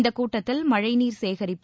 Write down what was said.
இந்தக் கூட்டத்தில் மழை நீர் சேகரிப்பு